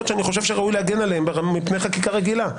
שאני חושב שראוי להגן עליהן מפני חקיקה רגילה,